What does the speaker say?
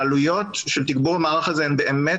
העלויות של תיגבור המערך הזה הן באמת